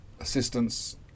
assistance